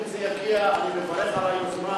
אם זה יגיע, אני מברך על היוזמה.